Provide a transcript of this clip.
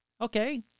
Okay